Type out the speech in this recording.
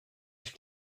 ich